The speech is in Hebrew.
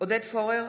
עודד פורר,